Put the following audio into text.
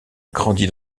grandi